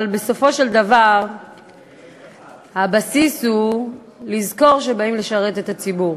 אבל בסופו של דבר הבסיס הוא לזכור שבאים לשרת את הציבור.